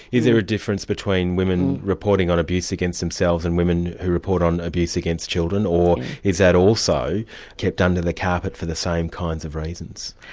is there a difference between women reporting on abuse against themselves and women who report on abuse against children, or is that also kept under the carpet for the same kinds of reasons?